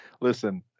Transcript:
Listen